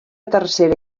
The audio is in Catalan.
tercera